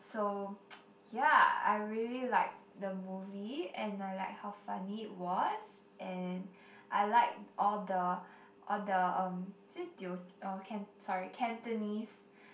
so yeah I really liked the movie and I like how funny it was and I liked all the all the um is it teo~ or can~ sorry Cantonese